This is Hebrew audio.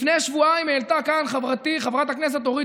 לפני שבועיים העלתה כאן חברתי חברת הכנסת אורית